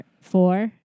four